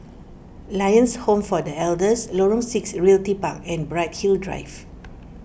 Lions Home for the Elders Lorong six Realty Park and Bright Hill Drive